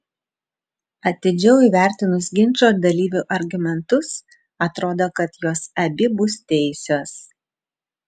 atidžiau įvertinus ginčo dalyvių argumentus atrodo kad jos abi bus teisios